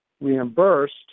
reimbursed